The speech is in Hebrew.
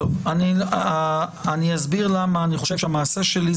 אני אסביר למה אני חושב שהמעשה שלי,